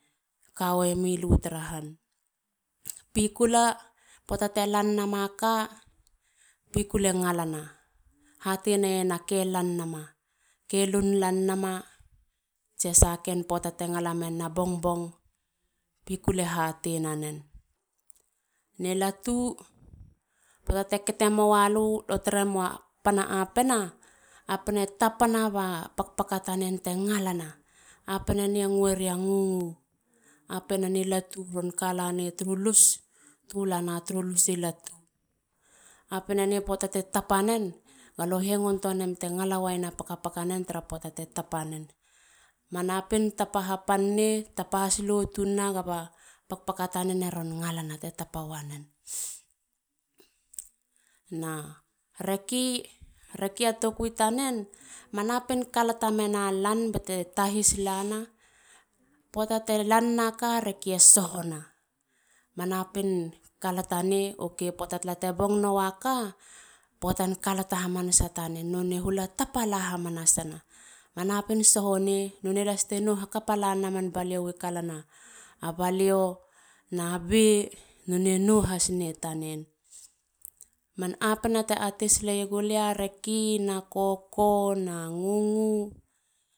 Te kawemilu tara han. pikula. puata te lan nama ka. pikula ngalana. hate neyena ke lan nama. ke lun lan nama. tsia sahaken puata. te ngala menen a bongbong. pikula hate nanen. Ne latu. puata te kete mouwalu. lo tare moa pana apena. apena tapana ba pakpaka tanen te ngalana. apena nie ngueri a ngungu. Apenani latu. ron kalana turu lus. tulana turu lusi latu. Apenenipuata te tapanen. galo hengon tua nem te ngala weyena man pakapaka tanen tara puata te tapanen. Ma napin tapa ha pan- nei. tapa ha slow tunina gaba pakpaka tanen e ron ngalana teron tapa wanen. na reki. reki a tokui tanen. ma napin kalata mena lan bete tahis lana. puata te lan nakareki e sohona. ma napin kalatane. Ok. puata tala te bong nowa ka. puatan kalata hamanasa tanen. none hula tapala hamanasana. ma napin sohone. none las te nou hakapa lanena man balio i kalana. A balio na bei nonei nou has ne tanen. Man apena te atesile yegu lia reki na koko na ngungu